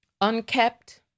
unkept